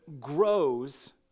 grows